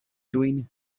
twin